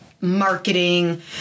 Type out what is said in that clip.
marketing